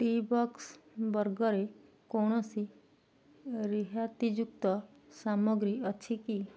ଟି box ବର୍ଗରେ କୌଣସି ରିହାତି ଯୁକ୍ତ ସାମଗ୍ରୀ ଅଛି କି